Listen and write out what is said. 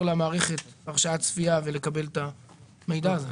למערכת הרשאת צפייה ולקבל את המידע הזה?